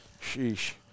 Sheesh